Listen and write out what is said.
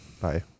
Bye